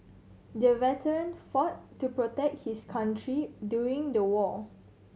the veteran fought to protect his country during the war